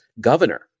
governor